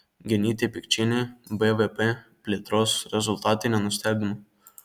genytė pikčienė bvp plėtros rezultatai nenustebino